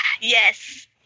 Yes